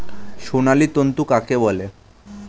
সোনালী তন্তু কাকে বলে?